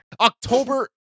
october